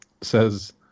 says